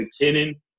McKinnon